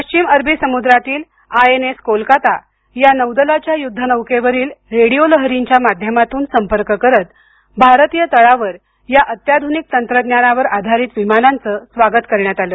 पश्चिम अरबी समुद्रातील आयएनएस कोलकाता या नौदलाच्या युध्दनौकेवरील रेडिओ लहरींच्या माध्यमातून संपर्क करत भारतीय तळावर या अत्याधुनिक तंत्रज्ञानावर आधारित विमानांचं स्वागत करण्यात आलं